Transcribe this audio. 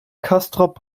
castrop